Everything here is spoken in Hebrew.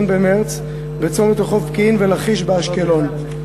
במרס בצומת רחוב פקיעין ולכיש באשקלון.